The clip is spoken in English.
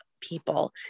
people